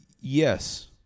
Yes